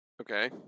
Okay